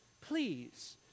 please